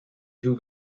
who